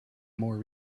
more